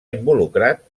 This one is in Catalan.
involucrat